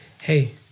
hey